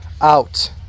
out